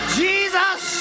jesus